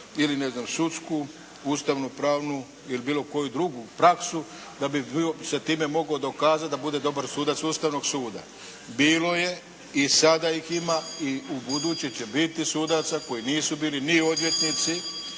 znam sudsku ustavno pravnu ili bilo koju drugu praksu da bi se sa time mogao dokazati da bude dobar sudac Ustavnog suda. Bilo je i sada ih ima i ubuduće će biti sudaca koji nisu bili ni odvjetnici,